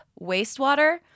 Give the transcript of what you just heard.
wastewater